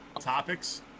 topics